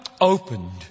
opened